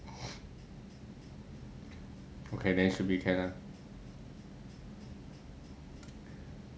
okay then should be can lah